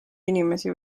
inimesi